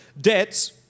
Debts